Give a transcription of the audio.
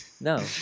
No